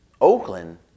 Oakland